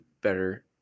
better